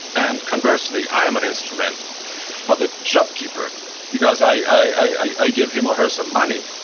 and conversely, i am an instrument for the shopkeeper because i i give him or her some money.